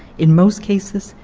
in most cases,